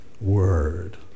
word